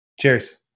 cheers